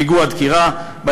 פיגוע דקירה,